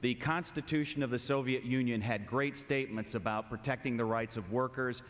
the constitution of the soviet union had great statements about protecting the rights of workers